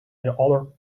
other